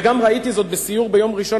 גם ראיתי זאת בסיור ביום ראשון,